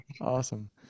awesome